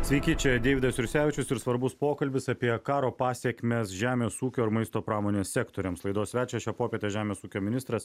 sveiki čia deividas jursevičius ir svarbus pokalbis apie karo pasekmes žemės ūkio ir maisto pramonės sektoriams laidos svečias šią popietę žemės ūkio ministras